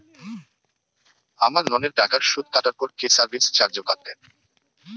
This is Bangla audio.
আমার লোনের টাকার সুদ কাটারপর কি সার্ভিস চার্জও কাটবে?